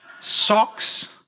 Socks